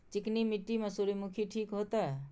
चिकनी मिट्टी में सूर्यमुखी ठीक होते?